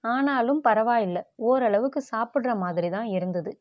ஆனாலும் பரவாயில்லை ஓரளவுக்கு சாப்பிட்ற மாதிரிதான் இருந்தது